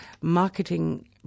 marketing